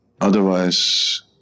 Otherwise